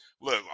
look